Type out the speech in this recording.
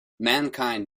mankind